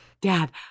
dad